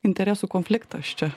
interesų konfliktas čia